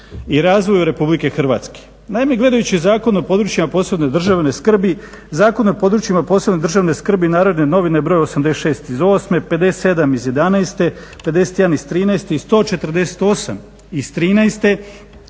i razvoju Republike Hrvatske. Naime gledajući Zakon o područjima od posebne državne skrbi, Zakon o područjima od posebne državne skrbi Narodne novine br. 86. iz '08., 57. iz '11., 51. iz '13. i 148. iz '13.